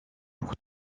pour